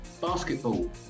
Basketball